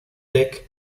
tech